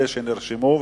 אלה שנרשמו,